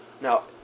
Now